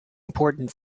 important